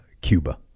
Cuba